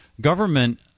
government